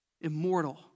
Immortal